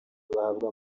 bahabwa